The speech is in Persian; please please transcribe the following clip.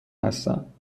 هستند